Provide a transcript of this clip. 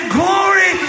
glory